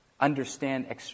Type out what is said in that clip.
understand